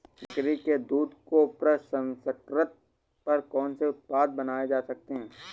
बकरी के दूध को प्रसंस्कृत कर कौन से उत्पाद बनाए जा सकते हैं?